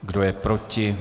Kdo je proti?